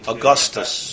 Augustus